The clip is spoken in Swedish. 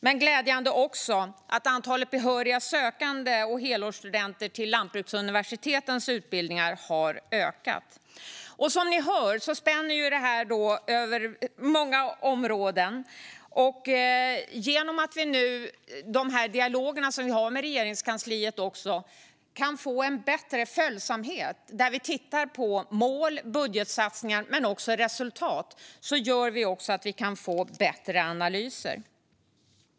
Det är också glädjande att antalet behöriga sökande och helårsstudenter till lantbruksuniversitetens utbildningar har ökat. Som ni hör spänner detta över många områden. Genom de dialoger som vi har med Regeringskansliet kan vi få en bättre följsamhet där vi tittar på mål och budgetsatsningar men också på resultat. Det gör att vi också kan få bättre analyser.